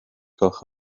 gwelwch